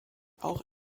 auch